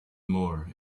more